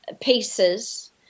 pieces